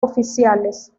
oficiales